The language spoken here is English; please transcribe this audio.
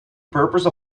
purpose